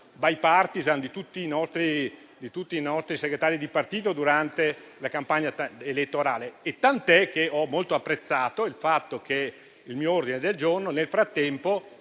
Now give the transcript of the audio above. *bipartisan* di tutti i nostri segretari di partito durante la campagna elettorale, tant'è che ho molto apprezzato il fatto che il mio ordine del giorno nel frattempo